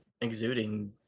exuding